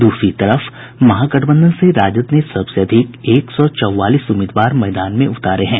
द्रसरी तरफ महागठबंधन से राजद ने सबसे अधिक एक सौ चौवालीस उम्मीदवार मैदान में उतारे हैं